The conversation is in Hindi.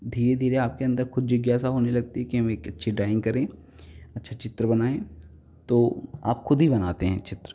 धीरे धीरे आपके अंदर खुद जिज्ञासा होने लगती है कि हम एक अच्छी ड्राइंग करें अच्छा चित्र बनाए तो आप खुद ही बनाते हैं चित्र